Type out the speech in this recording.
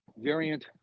variant